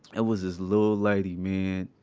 it was this little lady, man.